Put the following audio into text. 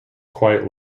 quite